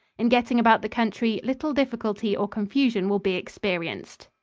in getting about the country, little difficulty or confusion will be experienced.